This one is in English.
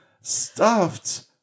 stuffed